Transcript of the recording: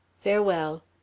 Farewell